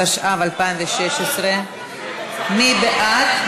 התשע"ו 2016. מי בעד?